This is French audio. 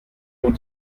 nous